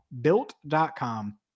Built.com